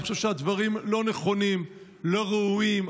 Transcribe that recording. אני חושב שהדברים לא נכונים, לא ראויים.